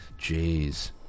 Jeez